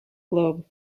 globe